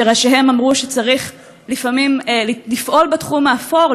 שראשיהן אמרו שצריך לפעמים לפעול בתחום האפור,